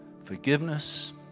forgiveness